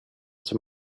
zum